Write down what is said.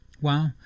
Wow